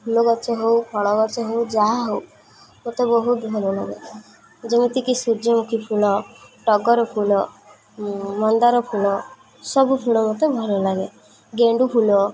ଫୁଲ ଗଛ ହଉ ଫଳ ଗଛ ହଉ ଯାହା ହଉ ମୋତେ ବହୁତ ଭଲ ଲାଗେ ଯେମିତିକି ସୂର୍ଯ୍ୟମୁଖୀ ଫୁଲ ଟଗର ଫୁଲ ମନ୍ଦାର ଫୁଲ ସବୁ ଫୁଲ ମୋତେ ଭଲ ଲାଗେ ଗେଣ୍ଡୁ ଫୁଲ